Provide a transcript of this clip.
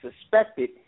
suspected